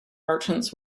merchants